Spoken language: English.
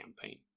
campaign